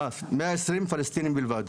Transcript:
אה, 120 פלסטינים בלבד.